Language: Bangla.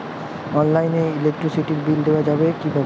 অনলাইনে ইলেকট্রিসিটির বিল দেওয়া যাবে কিভাবে?